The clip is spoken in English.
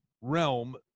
realm